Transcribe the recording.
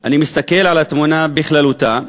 אני מסתכל על התמונה בכללותה,